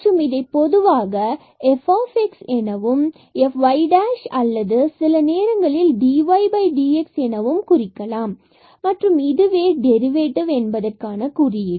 மற்றும் இதை பொதுவாக f எனவும் y' அல்லது சில நேரங்களில் dydx எனவும் குறிக்கலாம் மற்றும் இதுவே டெரிவேட்டிவ் என்பதற்கான குறியீடு